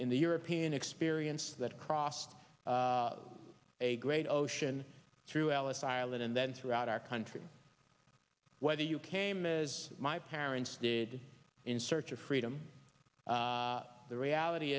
in the european experience that crossed a great ocean through ellis island and then throughout our country whether you came as my parents did in search of freedom the reality